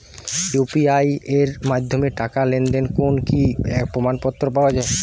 UPI এর মাধ্যমে টাকা লেনদেনের কোন কি প্রমাণপত্র পাওয়া য়ায়?